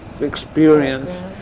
experience